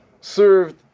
served